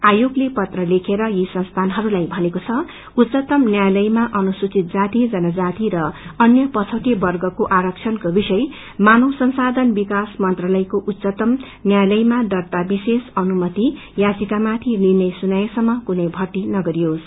आयोगले पत्र लेखेर यी संस्थानहरूलाई भनेको छ उच्चतम न्यायालयमा अनुसुचित जाति जनजाति र अन्य पछौंओ वग्रको आरक्षणको विषय मानव संसाधन विकास मंत्रालयको उच्चतम न्यायालयमा दार्ता विशेष अनुमति याचिकामाथि निर्णय सुनाइनेसम्य कुनै भर्ती नगरियोस